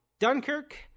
Dunkirk